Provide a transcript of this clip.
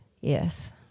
Yes